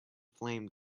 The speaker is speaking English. flame